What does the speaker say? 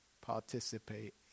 participate